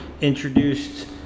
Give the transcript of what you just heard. introduced